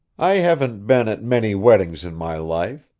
i haven't been at many weddings in my life,